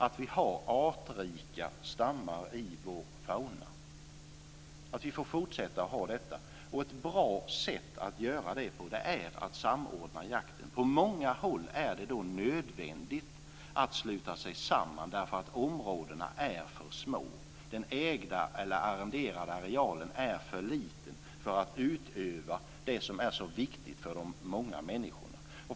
Vi ska ha artrika stammar i vår fauna. Ett bra sätt att göra detta på är att samordna jakten. På många håll är det då nödvändigt att sluta sig samman därför att områdena är för små. Den ägda eller arrenderade arealen är för liten för att utöva det som är så viktigt för de många människorna.